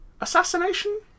Assassination